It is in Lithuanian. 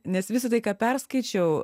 nes visa tai ką perskaičiau